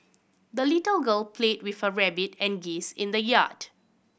the little girl played with her rabbit and geese in the yard